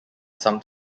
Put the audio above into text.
some